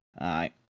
Aye